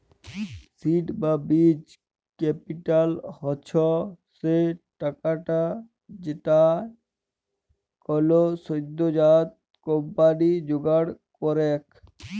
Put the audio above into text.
seed বা বীজ capital হচ্ছ সে টাকাটা যেইটা কোলো সদ্যজাত কম্পানি জোগাড় করেক